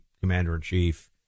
commander-in-chief